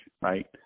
right